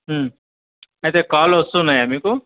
అయితే కాల్ వస్తున్నాయా మీకు